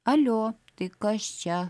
alio tai kas čia